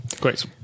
Great